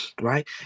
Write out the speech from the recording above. Right